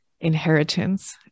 inheritance